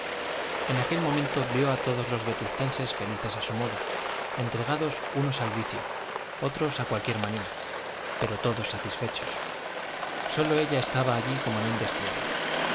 en aquel momento vio a todos los vetustenses felices a su modo entregados unos al vicio otros a cualquier manía pero todos satisfechos sólo ella estaba allí como en un destierro